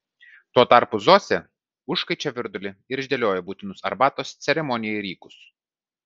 tuo tarpu žoze užkaičia virdulį ir išdėlioja būtinus arbatos ceremonijai rykus